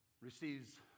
receives